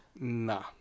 Nah